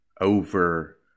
over